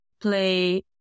play